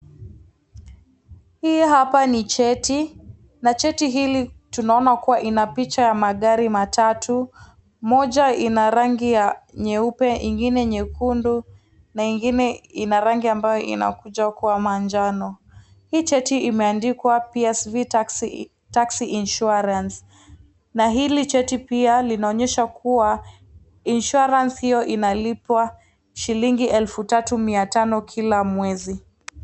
Hii hapa ni jeti na jeti hili tunaoana kuwa ina picha ya magari matatu, moja ina rangi ya nyeupe ingine nyekundu na ingine ina rangi ambao inakuja kuwa manjano, hii jeti imeandikwa PSV Taxi Insurance na hili jeti pia linaonesha kuwa insurance hiyo inalipwa shilingi elfu tatu mia tano kila mwezi.